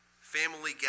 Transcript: family